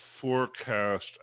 forecast